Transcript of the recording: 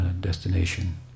destination